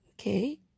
okay